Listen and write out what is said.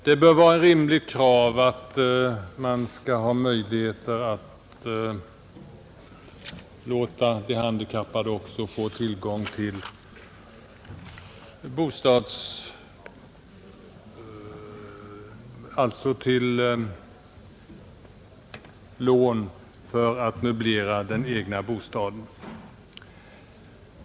Det bör vara ett rimligt krav att också de handikappade skall kunna få lån för att möblera den egna bostaden.